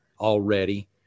already